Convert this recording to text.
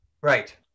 Right